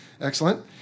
Excellent